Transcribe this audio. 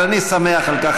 אבל אני שמח על כך,